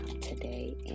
today